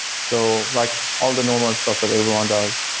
so like all the normal stuff that everyone does,